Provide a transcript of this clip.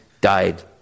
died